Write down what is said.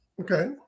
Okay